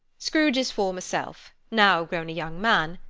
scrooge's former self, now grown a young man,